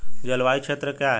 जलवायु क्षेत्र क्या है?